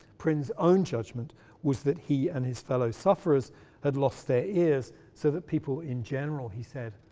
prynne's own judgment was that he and his fellow sufferers had lost their ears so that people in general he said,